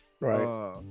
Right